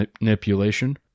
manipulation